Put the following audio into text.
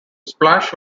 splash